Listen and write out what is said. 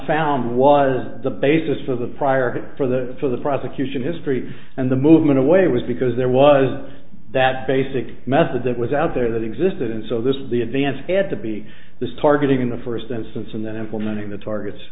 found was the basis for the prior for the for the prosecution history and the movement away it was because there was that basic method that was out there that existed and so this was the advance it had to be this targeting in the first instance and then implementing the targets